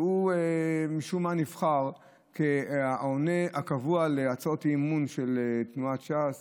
שמשום מה נבחר להיות העונה הקבוע על הצעות האי-אמון של תנועת ש"ס